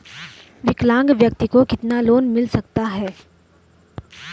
विकलांग व्यक्ति को कितना लोंन मिल सकता है?